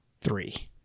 Three